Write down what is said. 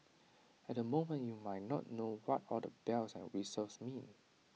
at the moment you might not know what all the bells and whistles mean